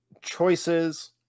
choices